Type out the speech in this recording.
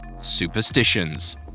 superstitions